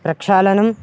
प्रक्षालनम्